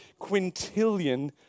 quintillion